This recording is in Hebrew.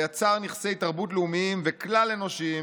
בה יצר נכסי תרבות לאומיים וכלל אנושיים